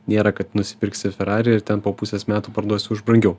nėra kad nusipirksi ferarį ir ten po pusės metų parduosi už brangiau